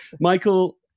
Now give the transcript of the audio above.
Michael